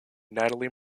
natalie